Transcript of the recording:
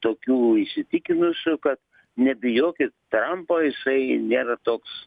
tokių įsitikinusių kad nebijokit trampo jisai nėra toks